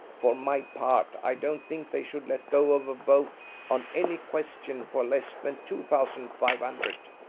for my part i don't think they should let go of a vote on any question for less than two thousand five hundred.